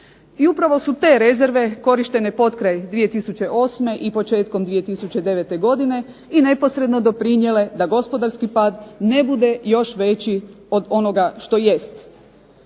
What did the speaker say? I upravo su te rezerve korištene potkraj 2008. i početkom 2009. godine i neposredno doprinijele da gospodarski pad ne bude još veći od onoga što jest.